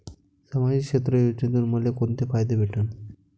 सामाजिक क्षेत्र योजनेतून मले कोंते फायदे भेटन?